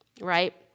right